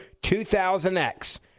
2000X